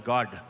God